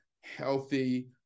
healthy